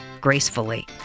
gracefully